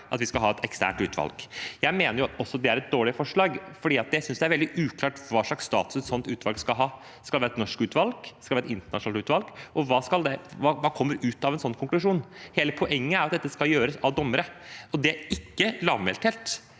at vi skal ha et eksternt utvalg. Jeg mener også det er et dårlig forslag fordi jeg synes det er veldig uklart hva slags status et sånt utvalg skal ha. Skal vi ha et norsk utvalg? Skal vi ha et internasjonalt utvalg? Og hva kommer ut av en sånn konklusjon? Hele poenget er at dette skal gjøres av dommere. Det er ikke lavmælthet.